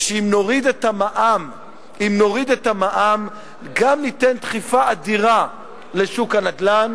ואם נוריד את המע"מ גם ניתן דחיפה אדירה לשוק הנדל"ן